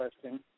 question